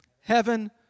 Heaven